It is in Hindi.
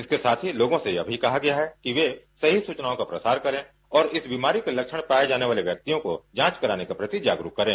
इसके साथ ही लोगों से यह भी कहा गया है कि वे सही सूचनाओं का प्रसार करें और इस बिमारी के लक्षण पाए जाने वाले व्यक्तियों को जांच करान के प्रति जागरूक करें